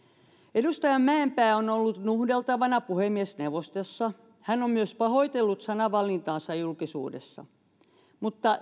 edustaja mäenpää on ollut nuhdeltavana puhemiesneuvostossa hän on myös pahoitellut sanavalintaansa julkisuudessa mutta